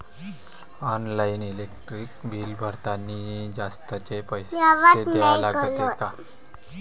Online electric bill भरतानी जास्तचे पैसे द्या लागते का?